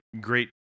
great